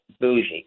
bougie